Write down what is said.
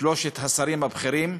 שלושת השרים הבכירים?